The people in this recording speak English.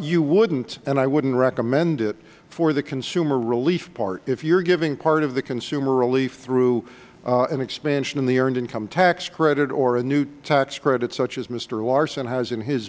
you wouldn't and i wouldn't recommend it for the consumer relief part if you're giving part of the consumer relief through an expansion in the earned income tax credit or a new tax credit such as mister larson has in his